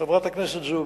חברת הכנסת זועבי: